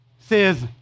says